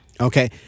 Okay